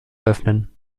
öffnen